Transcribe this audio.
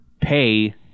pay